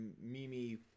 Mimi